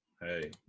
Hey